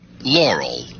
Laurel